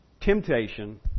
temptation